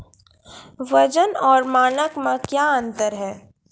वजन और मानक मे क्या अंतर हैं?